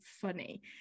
funny